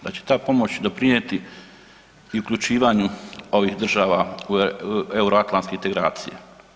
Da će ta pomoć doprinijeti i uključivanju ovih država u euroatlanske integracije.